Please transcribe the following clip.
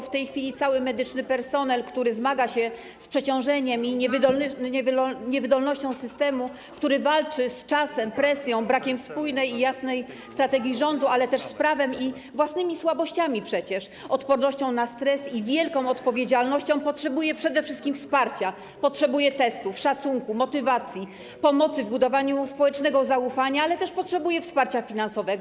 W tej chwili cały medyczny personel, który zmaga się z przeciążeniem i niewydolnością systemu, który walczy z czasem, presją, brakiem spójnej i jasnej strategii rządu, ale też przecież z prawem i własnymi słabościami, odpornością na stres i wielką odpowiedzialnością, potrzebuje przede wszystkim wsparcia, potrzebuje testów, szacunku, motywacji, pomocy w budowaniu społecznego zaufania, ale też potrzebuje wsparcia finansowego.